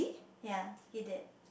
ya he did